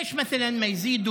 למה למשל שלא יוסיפו